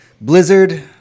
Blizzard